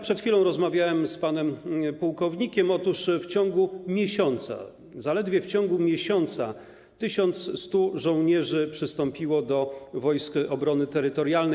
Przed chwilą rozmawiałem z panem pułkownikiem - w ciągu miesiąca, zaledwie w ciągu miesiąca 1100 żołnierzy przystąpiło do Wojsk Obrony Terytorialnej.